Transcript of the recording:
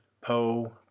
Poe